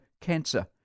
cancer